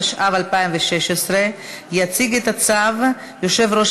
התשע"ו 2016. יציג את הצו יושב-ראש